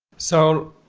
so,